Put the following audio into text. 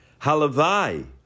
Halavai